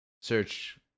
Search